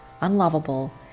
unlovable